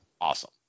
awesome